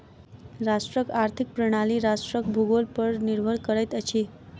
राष्ट्रक आर्थिक प्रणाली राष्ट्रक भूगोल पर निर्भर करैत अछि